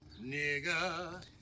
Nigga